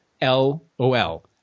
L-O-L